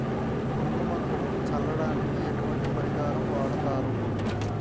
పురుగు మందులు చల్లడానికి ఎటువంటి పరికరం వాడతారు?